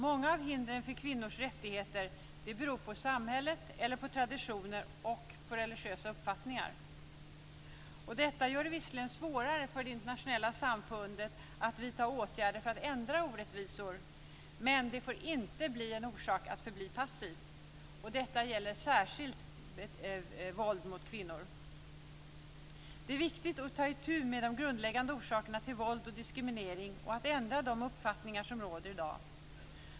Mycket av det som hindrar kvinnors rättigheter beror på samhället, traditioner eller religiösa uppfattningar. Detta gör det visserligen svårare för det internationella samfundet att vidta åtgärder för att ändra orättvisor, men det får inte bli en orsak till att man förblir passiv. Detta gäller särskilt våld mot kvinnor. Det är viktigt att ta itu med de grundläggande orsakerna till våld och diskriminering och att ändra de uppfattningar som råder i dag.